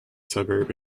suburb